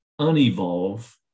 unevolve